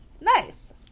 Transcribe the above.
nice